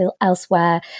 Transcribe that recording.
elsewhere